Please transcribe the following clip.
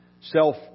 self